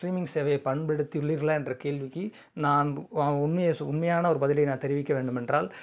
streaming சேவையை பயன்படுத்தி உள்ளீர்களா என்ற கேள்விக்கு நான் உண்மையை உண்மையான ஒரு பதிலை நான் தெரிவிக்க வேண்டுமென்றால்